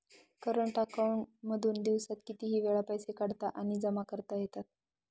current account मधून दिवसात कितीही वेळ पैसे काढता आणि जमा करता येतात